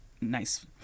nice